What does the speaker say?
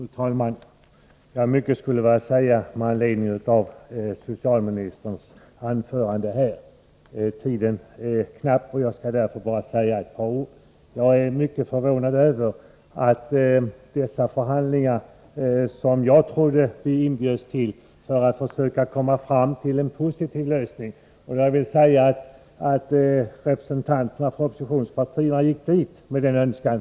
Fru talman! Mycket skulle vara att säga med anledning av socialministerns anförande, men tiden är knapp och jag skall därför bara göra en kort kommentar. Jag trodde att vi inbjöds till förhandlingar för att försöka komma fram till en positiv lösning, och 'jag vill säga att representanterna för oppositionspartierna gick dit med den inställningen.